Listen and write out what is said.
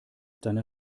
deiner